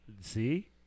See